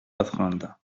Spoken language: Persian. خواندم